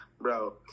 bro